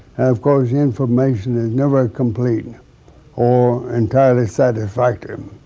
of course, the information is never complete or entirely satisfactory. um